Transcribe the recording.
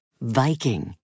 Viking